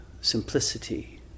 simplicity